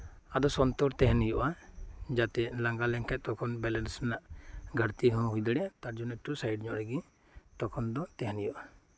ᱟᱫᱚ ᱥᱚᱱᱛᱚᱨ ᱛᱟᱦᱮᱸᱱ ᱦᱩᱭᱩᱜ ᱟ ᱡᱟᱛᱮ ᱞᱟᱸᱜᱟ ᱞᱮᱱᱠᱷᱟᱡ ᱛᱚᱠᱷᱚᱱ ᱵᱮᱞᱮᱱᱥ ᱨᱮᱱᱟᱜ ᱜᱷᱟᱹᱲᱛᱤ ᱦᱚᱸ ᱦᱩᱭᱫᱟᱲᱤᱭᱟᱜ ᱟ ᱚᱱᱟᱛᱮ ᱠᱟᱹᱪ ᱥᱟᱭᱤᱴ ᱧᱚᱜ ᱨᱮᱜᱤ ᱛᱚᱠᱷᱚᱱ ᱫᱚ ᱛᱟᱦᱮᱸᱱ ᱦᱩᱭᱩᱜ ᱟ